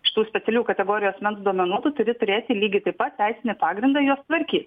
šitų specialių kategorijų asmens duomenų turi turėti lygiai taip pat teisinį pagrindą juos tvarkyt